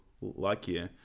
lucky